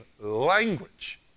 language